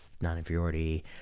non-inferiority